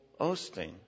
Osteen